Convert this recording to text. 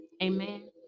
Amen